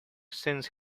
since